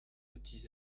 petits